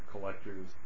collectors